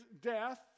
death